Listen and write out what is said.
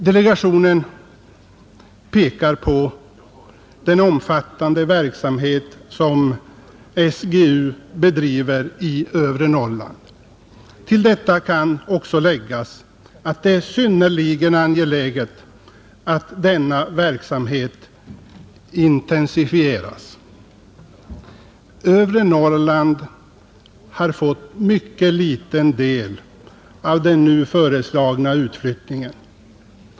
Delegationen pekar på den omfattande verksamhet som SGU bedriver i övre Norrland, Till detta kan också läggas att det är synnerligen angeläget att denna verksamhet intensifieras. Övre Norrland har fått en mycket liten del av den nu föreslagna utflyttningen.